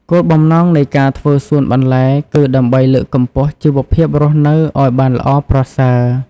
គោលបំណងនៃការធ្វើសួនបន្លែ គឺដើម្បីលើកកម្ពស់ជីវភាពរស់នៅឱ្យបានល្អប្រសើរ។